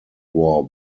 war